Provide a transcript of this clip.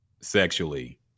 sexually